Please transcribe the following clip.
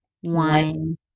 One